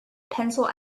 pencil